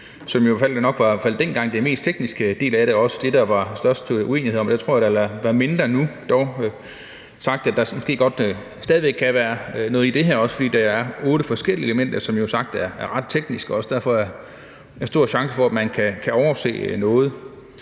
fald dengang nok var den mest tekniske del af det og også det, der var størst uenighed om. Der tror jeg, der vil være mindre nu, dog med det sagt, at der måske stadig væk godt kan være noget i det her også, fordi der er otte forskellige elementer, som jo som sagt er ret tekniske. Det er også derfor, at der er stor sandsynlighed for, at man kan overse noget.